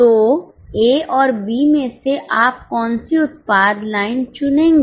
तो ए और बी में से आप कौन सी उत्पाद लाइन चुनेंगे